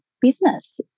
business